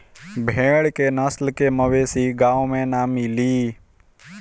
भेड़ के नस्ल के मवेशी गाँव में ना मिली